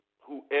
Whoever